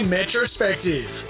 Metrospective